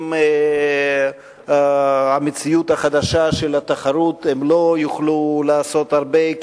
עם המציאות החדשה של התחרות הם לא יוכלו לעשות הרבה כי